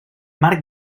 marc